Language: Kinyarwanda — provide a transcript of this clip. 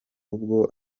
ubwo